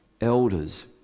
elders